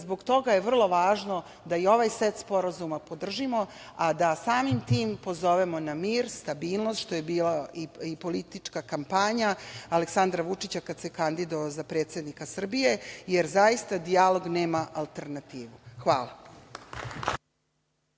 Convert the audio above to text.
zbog toga vrlo važno da i ovaj set sporazuma podržimo, a da samim tim pozovemo na mir, stabilnost, što je bila i politička kampanja Aleksandra Vučića kad se kandidovao za predsednika Srbije, jer zaista dijalog nema alternativu. Hvala.